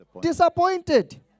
Disappointed